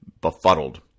befuddled